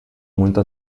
muito